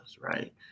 right